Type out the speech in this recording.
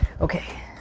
okay